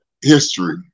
history